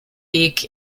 peak